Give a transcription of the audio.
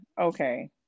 okay